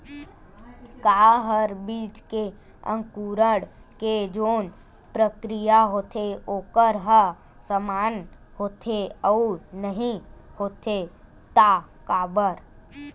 का हर बीज के अंकुरण के जोन प्रक्रिया होथे वोकर ह समान होथे, अऊ नहीं होथे ता काबर?